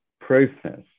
process